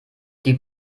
die